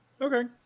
Okay